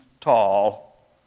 tall